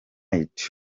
knight